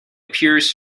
appears